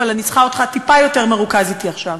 אבל אני צריכה אותך טיפה יותר מרוכז אתי עכשיו.